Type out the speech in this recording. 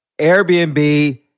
Airbnb